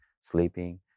sleeping